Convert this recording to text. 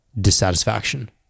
dissatisfaction